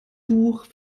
buch